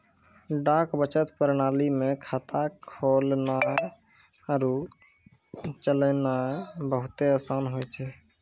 डाक बचत प्रणाली मे खाता खोलनाय आरु चलैनाय बहुते असान होय छै